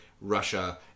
Russia